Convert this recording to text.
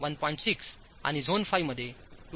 6झोन 5 2